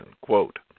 Quote